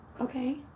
okay